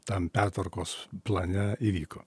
tam pertvarkos plane įvyko